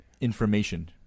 information